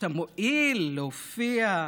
כשאתה מואיל להופיע,